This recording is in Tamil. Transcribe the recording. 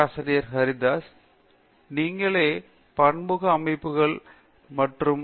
பேராசிரியர் பிரதாப் ஹரிதாஸ் நீங்களே பன்முக அமைப்புகள் மற்றும் வகைப்பாட்டின் நிபுணர்